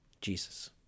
Jesus